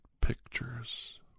pictures